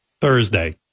Thursday